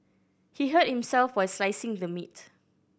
he hurt himself while slicing the meat